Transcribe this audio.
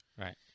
Right